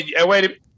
Wait